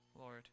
Lord